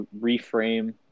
reframe